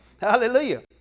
Hallelujah